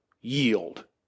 yield